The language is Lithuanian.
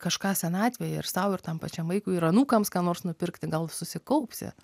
kažką senatvėj ir sau ir tam pačiam vaikui ir anūkams ką nors nupirkti gal susikaupsi